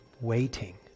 waiting